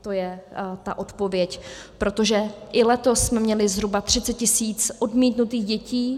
To je ta odpověď, protože i letos jsme měli zhruba 30 tisíc odmítnutých dětí.